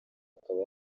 akaba